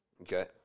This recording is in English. Okay